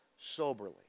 soberly